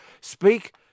speak